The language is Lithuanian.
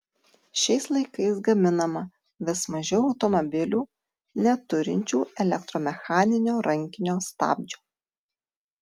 šiais laikais gaminama vis mažiau automobilių neturinčių elektromechaninio rankinio stabdžio